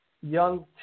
young